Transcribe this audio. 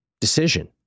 decision